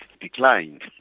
declined